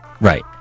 Right